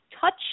touch